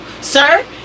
sir